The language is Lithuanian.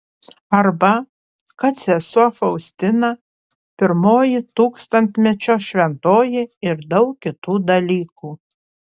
arba kad sesuo faustina pirmoji tūkstantmečio šventoji ir daug kitų dalykų